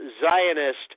Zionist